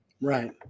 Right